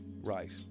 Right